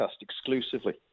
exclusively